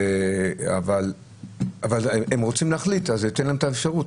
אבל הם רוצים להחליט אז תן להם את האפשרות.